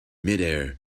midair